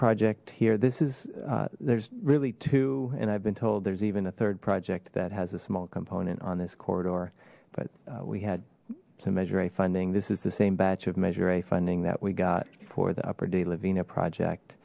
project here this is there's really two and i've been told there's even a third project that has a small component on this corridor but we had some measure a funding this is the same batch of measure a funding that we got for the upper de la vina project